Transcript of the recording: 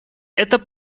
это